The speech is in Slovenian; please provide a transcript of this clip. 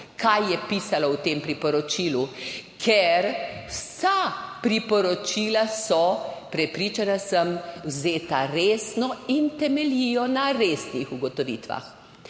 kaj je pisalo v tem priporočilu. Ker vsa priporočila so, prepričana sem, vzeta resno in temeljijo na resnih ugotovitvah.